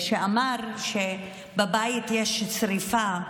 כשאמר שבבית יש שרפה,